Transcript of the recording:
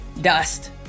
dust